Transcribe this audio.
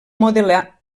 modelar